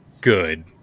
good